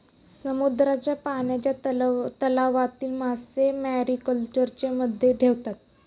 समुद्राच्या पाण्याच्या तलावातील मासे मॅरीकल्चरमध्ये ठेवतात